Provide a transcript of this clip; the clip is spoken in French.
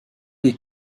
les